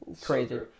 crazy